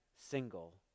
single